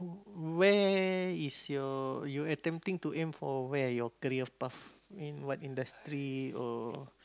where is your you are attempting to aim for where your career path I mean what industry or